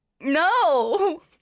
No